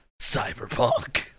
Cyberpunk